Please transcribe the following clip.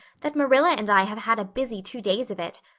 that marilla and i have had a busy two days of it.